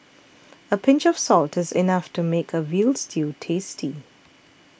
a pinch of salt is enough to make a Veal Stew tasty